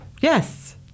Yes